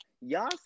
y'all